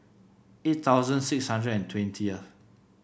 eight thousand six hundred and twentieth